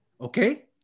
Okay